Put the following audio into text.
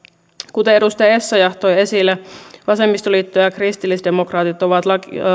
kuten edustaja essayah toi esille vasemmistoliitto ja kristillisdemokraatit ovat